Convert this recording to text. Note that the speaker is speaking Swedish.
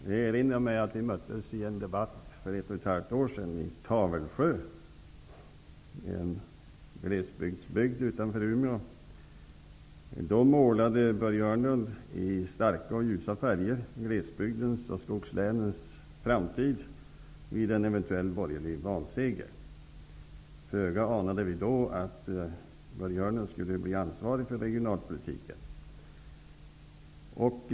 Jag erinrar mig att vi möttes i en debatt för ett och halvt år sedan i Tavelsjö, som ligger i glesbygd utanför Umeå. Då målade Börje Hörnlund i starka och ljusa färger glesbygdens och skogslänens framtid vid en eventuell borgerlig valseger. Föga anade vi då att Börje Hörnlund skulle bli ansvarig för regionalpolitiken.